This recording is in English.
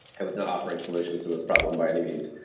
i wasn't offering solutions to this problem by any means,